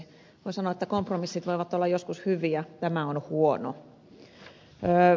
voi sanoa että kompromissit voivat olla joskus hyviä tämä on huono